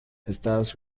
estados